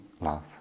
love